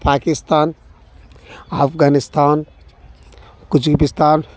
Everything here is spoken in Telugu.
పాకిస్తాన్ ఆఫ్ఘనిస్తాన్ కుజికిపిస్తాన్